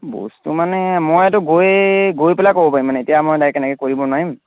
বস্তু মানে মইতো গৈয়ে গৈ পেলাই ক'ব পাৰিম মানে এতিয়া মই ডাইৰেক্ট এনেকৈ কৈ দিব নোৱাৰিম